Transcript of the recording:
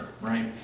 right